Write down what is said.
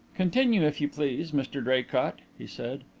continue, if you please, mr draycott, he said.